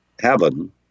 heaven